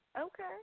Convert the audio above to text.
Okay